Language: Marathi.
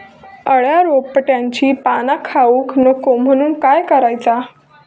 अळ्या रोपट्यांची पाना खाऊक नको म्हणून काय करायचा?